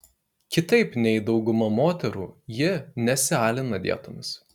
kitaip nei dauguma moterų ji nesialina dietomis